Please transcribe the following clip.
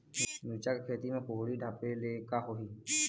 मिरचा के खेती म कुहड़ी ढापे ले का होही?